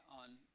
on